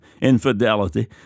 infidelity